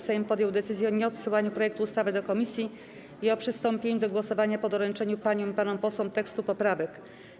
Sejm podjął decyzję o nieodsyłaniu projektu ustawy do komisji i o przystąpieniu do głosowania po doręczeniu paniom i panom posłom tekstu poprawek.